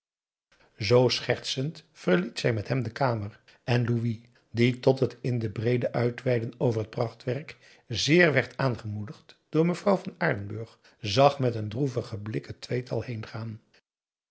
schertsend verliet zij met hem de kamer en louis die tot het in den breede uitweiden over het prachtwerk zeer werd aangemoedigd door mevrouw van aardenburg zag met een droevigen blik het tweetal heengaan